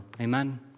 Amen